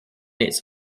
its